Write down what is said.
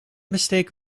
mistake